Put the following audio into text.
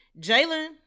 Jalen